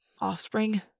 Offspring